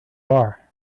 are